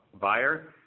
buyer